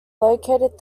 located